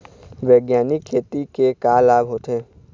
बैग्यानिक खेती के का लाभ होथे?